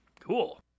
Cool